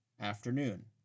afternoon